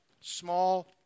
small